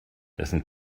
dessen